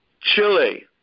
Chile